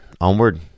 onward